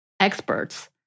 experts